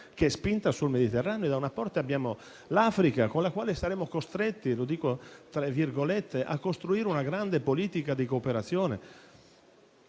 che è spinta sul Mediterraneo: da una parte abbiamo l'Africa, con la quale saremo costretti a costruire una grande "politica di cooperazione",